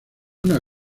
una